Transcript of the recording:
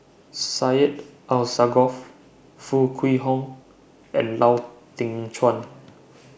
Syed Alsagoff Foo Kwee Horng and Lau Teng Chuan